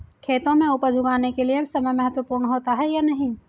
खेतों में उपज उगाने के लिये समय महत्वपूर्ण होता है या नहीं?